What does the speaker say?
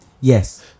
yes